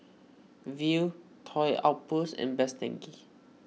Viu Toy Outpost and Best Denki